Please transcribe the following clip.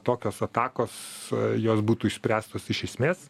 tokios atakos jos būtų išspręstos iš esmės